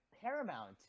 Paramount